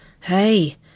Hey